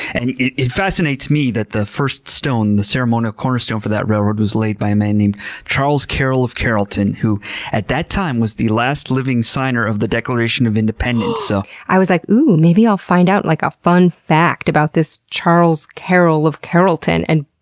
and it it fascinates me that the first stone, the ceremonial cornerstone, for that railroad was laid by a man named charles carroll of carrollton, who at that time was the last living signer of the declaration of independence. so i was like, oooh! maybe i'll find out like a fun fact about this charles carroll of carrollton and